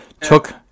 took